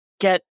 get